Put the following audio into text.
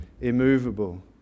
immovable